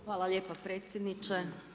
Hvala lijepa predsjedniče.